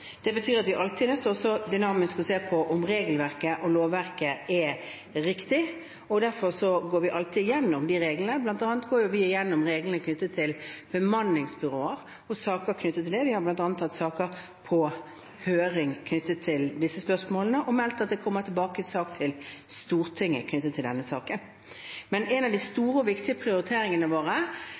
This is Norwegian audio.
Det betyr at vi alltid er nødt til dynamisk å se på om regelverket og lovverket er riktig, og derfor går vi alltid igjennom reglene, bl.a. går vi igjennom reglene for bemanningsbyråer og saker knyttet til det. Vi har bl.a. hatt saker knyttet til disse spørsmålene på høring og meldt at det kommer sak om dette tilbake til Stortinget. En av de store og viktige prioriteringene våre